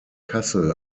kassel